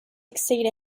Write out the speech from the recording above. exceed